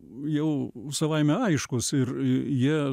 jau savaime aiškūs ir jie